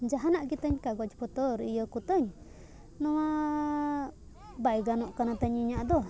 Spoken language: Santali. ᱡᱟᱦᱟᱱᱟᱜ ᱜᱮᱛᱤᱧ ᱠᱟᱜᱚᱡᱽ ᱯᱚᱛᱚᱨ ᱤᱭᱟᱹ ᱠᱚ ᱛᱤᱧ ᱱᱚᱣᱟ ᱵᱟᱭ ᱜᱟᱱᱚᱜ ᱠᱟᱱᱟ ᱛᱤᱧ ᱤᱧᱟᱹ ᱫᱚ